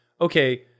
okay –